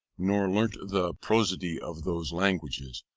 nor learnt the prosody of those languages.